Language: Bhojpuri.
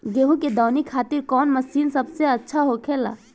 गेहु के दऊनी खातिर कौन मशीन सबसे अच्छा होखेला?